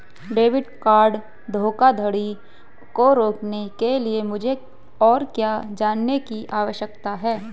Debit card धोखाधड़ी को रोकने के लिए मुझे और क्या जानने की आवश्यकता है?